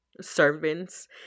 servants